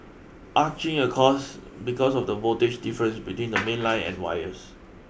arcing occurs because of the voltage difference between the mainline and wires